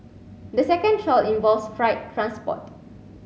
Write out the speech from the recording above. the second trial involves freight transport